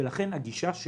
לכן הגישה,